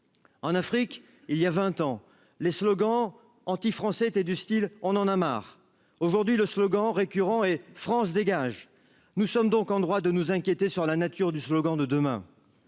en Afrique il y a 20 ans, les slogans anti-français, du Style on en a marre aujourd'hui le slogan récurrent et France dégage, nous sommes donc en droit de nous inquiéter sur la nature du slogan de demain